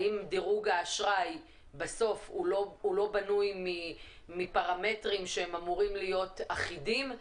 האם דירוג האשראי בסוף לא בנוי מפרמטרים שאמורים להיות אחידים?